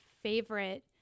favorite